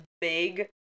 big